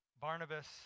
Barnabas